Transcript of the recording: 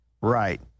Right